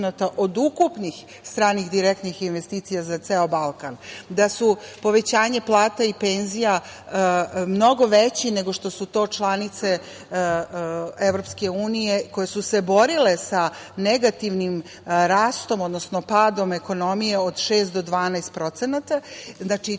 od ukupnih stranih direktnih investicija za ceo Balkan, da su povećanje plata i penzija mnogo veći nego što su to članice EU, koje su se borile sa negativnim rastom, odnosno padom ekonomije od 6 do 12%.Znači, to je